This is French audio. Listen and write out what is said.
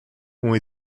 ont